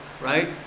right